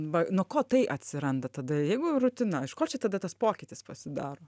va nuo ko tai atsiranda tada jeigu rutina iš ko čia tada tas pokytis pasidaro